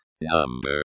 Number